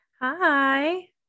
Hi